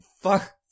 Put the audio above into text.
fuck